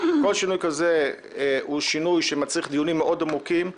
כל שינוי כזה מצריך דיונים מאוד עמוקים,